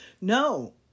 No